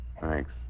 Thanks